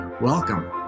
welcome